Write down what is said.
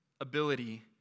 ability